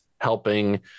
helping